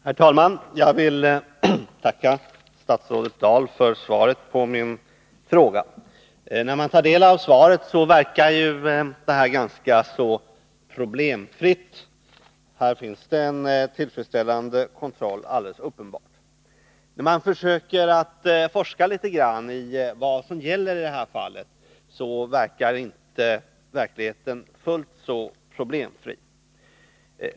Herr talman! Jag vill tacka statsrådet Dahl för svaret på min fråga. När man tar del av svaret verkar detta ganska så problemfritt — här finns det alldeles uppenbart en tillfredsställande kontroll. När man försöker forska litet grand i vad som gäller i detta fall finner man emellertid att verkligheten inte tycks vara fullt så problemfri.